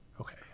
Okay